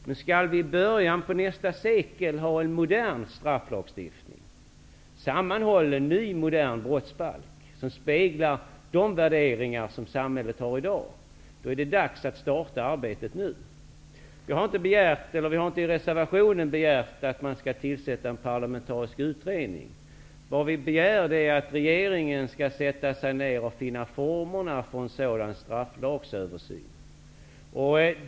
Om vi i början av nästa sekel skall ha en modern strafflagstiftning och en sammanhållen ny modern brottsbalk, som speglar de värderingar som samhället har i dag, är det dags att nu starta arbetet. Vi begär inte i reservationen att en parlamentarisk utredning skall tillsättas. Vi begär att regeringen skall försöka finna formerna för en sådan strafflagsöversyn.